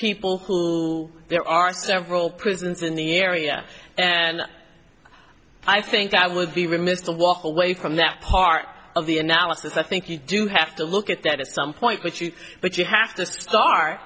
people who there are several prisons in the area and i think that would be remiss to walk away from that part of the analysis i think you do have to look at that at some point with you but you have to start